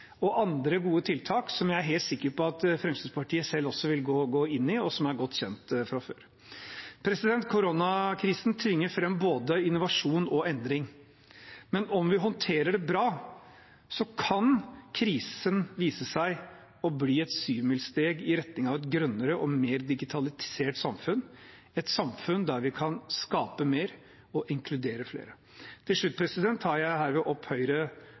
andre gode tiltak, som jeg er sikker på at Fremskrittspartiet vil gå inn i, og som er godt kjent fra før. Koronakrisen tvinger fram både innovasjon og endring. Men om vi håndterer det bra, kan krisen vise seg å bli et syvmilssteg i retning av et grønnere og mer digitalisert samfunn, et samfunn der vi kan skape mer og inkludere flere. Til slutt tar jeg herved opp de forslagene Høyre